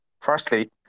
firstly